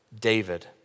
David